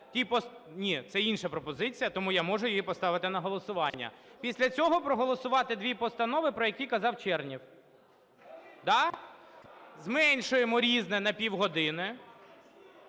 Ні, це інша пропозиція, тому я можу її поставити на голосування. Після цього проголосувати дві постанови, про які казав Чернєв. Да, зменшуємо "Різне" на півгодини...